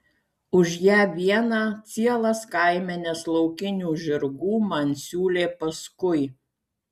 už ją vieną cielas kaimenes laukinių žirgų man siūlė paskui